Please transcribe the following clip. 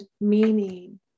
meaning